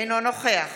אינו נוכח